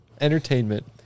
Entertainment